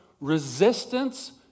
resistance